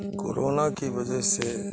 corona کی وجہ سے